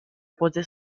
pose